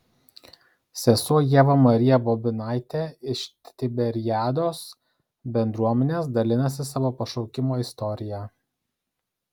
sesuo ieva marija bobinaitė iš tiberiados bendruomenės dalinasi savo pašaukimo istorija